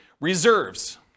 reserves